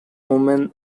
women